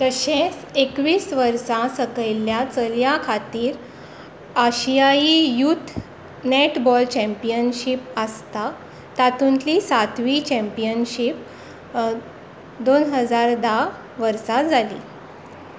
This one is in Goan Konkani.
तशेंच एकवीस वर्सां सकयल्या चलयां खातीर आशियाई यूथ नॅटबॉल चॅम्पियनशीप आसता तातूंतली सातवी चॅम्पियनशिप दोन हजार धा वर्सा जाल्ली